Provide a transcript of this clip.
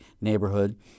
neighborhood